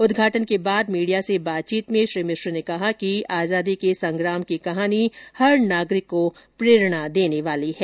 उदघाटन के बाद मीडिया से बातचीत में श्री मिश्र ने कहा कि आजादी के संग्राम की कहानी हर नागरिक को प्रेरणा देने वाली है